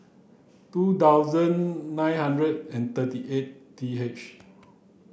two thousand nine hundred and thirty eight T H